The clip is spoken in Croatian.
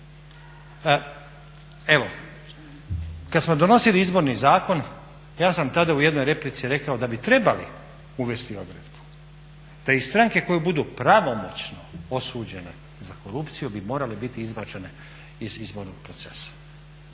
evo kad smo donosili Izborni zakon ja sam tada u jednoj replici rekao da bi trebali uvesti odredbu da iz stranke koje budu pravomoćno osuđene za korupciju bi morale biti izbačene iz izbornog procesa.